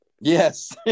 Yes